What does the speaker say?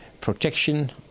protection